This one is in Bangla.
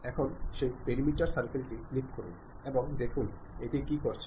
এখন সেই পেরিমিটার সার্কেল টি ক্লিক করুন এবং দেখুন এটি কী করছে